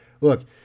Look